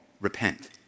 repent